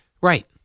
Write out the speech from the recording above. Right